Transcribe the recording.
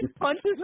punches